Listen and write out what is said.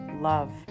Love